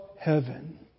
heaven